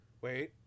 Wait